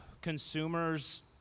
consumer's